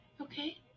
Okay